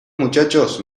muchachos